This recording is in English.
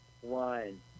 One